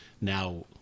now